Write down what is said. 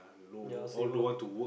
ya same ah